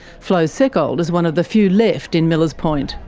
flo seckold is one of the few left in millers point.